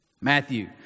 Matthew